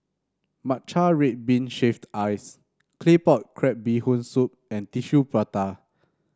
Matcha Red Bean Shaved Ice Claypot Crab Bee Hoon Soup and Tissue Prata